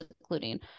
including